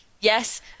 Yes